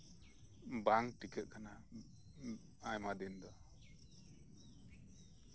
ᱵᱟᱝ ᱴᱤᱠᱟᱹᱜ ᱠᱟᱱᱟ ᱟᱭᱢᱟ ᱫᱤᱱ ᱫᱚ